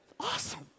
Awesome